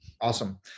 Awesome